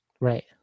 Right